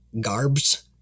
Garbs